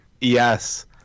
Yes